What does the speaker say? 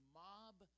mob